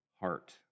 heart